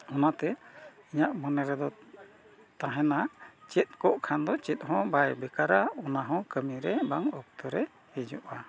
ᱚᱱᱟᱛᱮ ᱤᱧᱟᱹᱜ ᱢᱚᱱᱮ ᱨᱮᱫᱚ ᱛᱟᱦᱮᱱᱟ ᱪᱮᱫ ᱠᱚᱜ ᱠᱷᱟᱱ ᱫᱚ ᱪᱮᱫ ᱦᱚᱸ ᱵᱟᱭ ᱵᱮᱠᱟᱨᱟ ᱚᱱᱟᱦᱚᱸ ᱠᱟᱹᱢᱤᱨᱮ ᱵᱟᱝ ᱚᱠᱛᱚ ᱨᱮ ᱦᱤᱡᱩᱜᱼᱟ